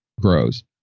grows